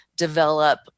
develop